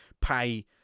pay